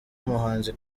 umuhanzi